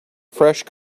fresh